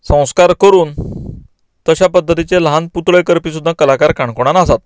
संस्कार करून तश्या पध्दतीचे ल्हान पुतळे करपी सुद्दां कलाकार काणकोणांत आसात